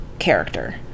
character